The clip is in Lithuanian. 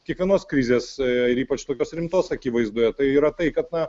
kiekvienos krizės ir ypač tokios rimtos akivaizdoje tai yra tai kad na